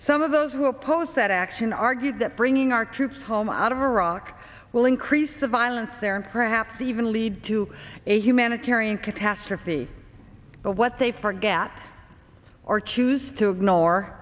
some of those who oppose that action argue that bringing our troops home out of iraq will increase the violence there and perhaps even lead to a humanitarian catastrophe but what they forget or choose to ignore